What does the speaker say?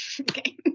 Okay